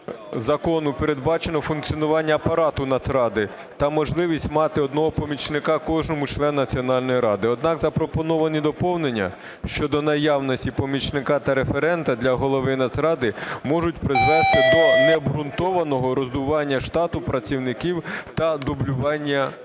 закону передбачено функціонування апарату Нацради та можливість мати одного помічника кожному члену Національної ради. Однак запропоновані доповнення щодо наявності помічника та референта для голови Нацради можуть призвести до необґрунтованого роздування штату працівників та дублювання функцій.